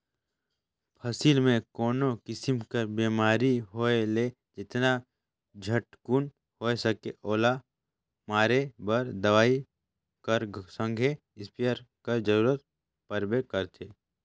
फसिल मे कोनो किसिम कर बेमारी होए ले जेतना झटकुन होए सके ओला मारे बर दवई कर संघे इस्पेयर कर जरूरत परबे करथे